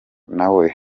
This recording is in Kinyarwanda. nawe